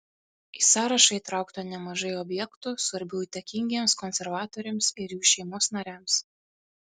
į sąrašą įtraukta nemažai objektų svarbių įtakingiems konservatoriams ir jų šeimos nariams